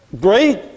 great